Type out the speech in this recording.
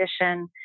condition